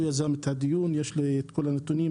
יזם את הדיון ויש לי את כל הנתונים,